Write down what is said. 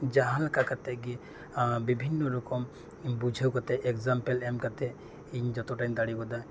ᱡᱟᱦᱟᱸ ᱞᱮᱠᱟ ᱠᱟᱛᱮᱫ ᱜᱮ ᱵᱤᱵᱷᱤᱱᱱᱚ ᱨᱚᱠᱚᱢ ᱵᱩᱡᱷᱟᱹᱣ ᱠᱟᱛᱮᱫ ᱮᱜᱽᱡᱟᱢᱯᱮᱞ ᱮᱢ ᱠᱟᱛᱮᱫ ᱤᱧ ᱡᱚᱛᱚᱴᱟᱧ ᱫᱟᱲᱮᱣᱟᱫᱟ